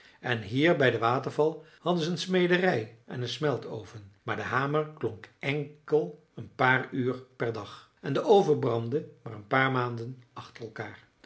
en hier bij den waterval hadden ze een smederij en een smeltoven maar de hamer klonk enkel een paar uur per dag en de oven brandde maar een paar maanden achter elkaar